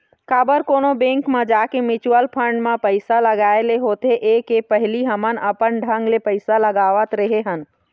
काबर कोनो बेंक म जाके म्युचुअल फंड म पइसा लगाय ले होथे ये के पहिली हमन अपन ढंग ले पइसा लगावत रेहे हन